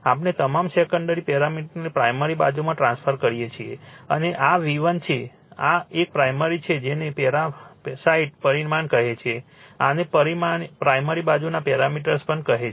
આપણે તમામ સેકન્ડરી પેરામીટર્સને પ્રાઇમરી બાજુમાં ટ્રાન્સફોર્મ કરીએ છીએ અને આ V1 છે આ એક પ્રાઇમરી છે જેને પેરાસાઇટ પરિમાણ કહે છે આને પ્રાઇમરી બાજુના પેરામીટર્સ પણ કહે છે